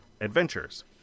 adventures